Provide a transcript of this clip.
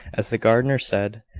as the gardener said,